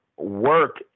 work